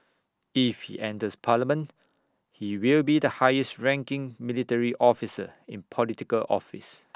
if he enters parliament he will be the highest ranking military officer in Political office